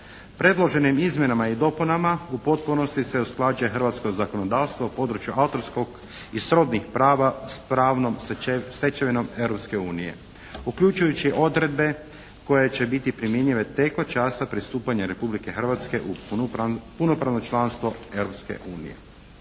Predloženim izmjenama i dopunama u potpunosti se usklađuje hrvatsko zakonodavstvo u području autorskog i srodnih prava s pravnom stečevinom Europske unije, uključujući odredbe koje će biti primjenjive tek od časa pristupanja Republike Hrvatske u punopravno članstvo